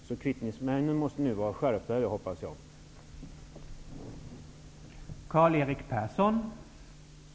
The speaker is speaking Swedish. Så kvittningsmännen måste nu vara skärptare, och det hoppas jag att de är.